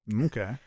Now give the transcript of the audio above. okay